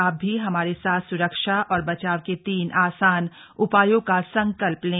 आप भी हमारे साथ सुरक्षा और बचाव के तीन आसान उपायों का संकल्प लें